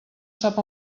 sap